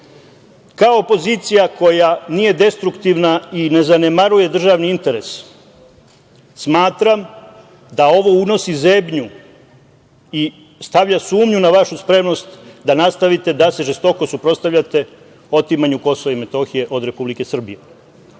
kao opozicija koja nije destruktivna i ne zanemaruje državni interes smatram da ovo unosi zebnju i stavlja sumnju na vašu spremnost da nastavite da se žestoko suprotstavljate otimanju Kosova i Metohije od Republike Srbije. To